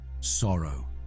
sorrow